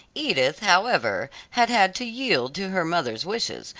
edith, however, had had to yield to her mother's wishes,